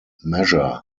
measure